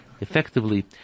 effectively